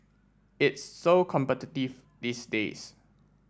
it's so competitive these days